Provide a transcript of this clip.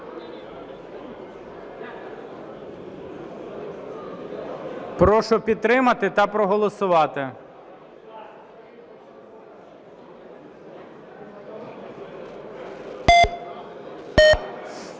Прошу підтримати та проголосувати.